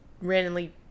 randomly